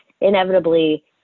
inevitably